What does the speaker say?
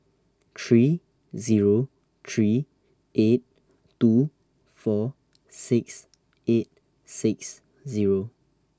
three Zero three eight two four six eight six Zero